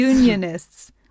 Unionists